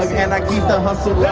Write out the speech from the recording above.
and i keep the hustle